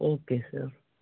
okay sir